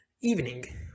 evening